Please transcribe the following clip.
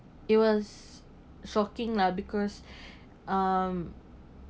it was shocking lah because um